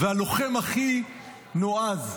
הלוחם הכי נועז,